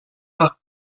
pas